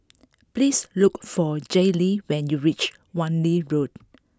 please look for Jaylee when you reach Wan Lee Road